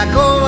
go